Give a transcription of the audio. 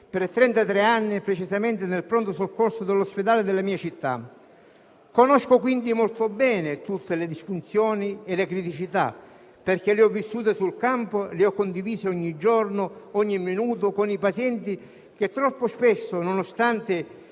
anni, precisamente nel pronto soccorso dell'ospedale della mia città. Conosco quindi molto bene tutte le disfunzioni e le criticità, perché le ho vissute sul campo e le ho condivise ogni giorno e ogni minuto con i pazienti, che troppo spesso, nonostante